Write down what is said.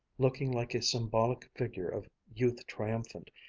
looking like a symbolic figure of youth triumphant.